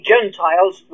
Gentiles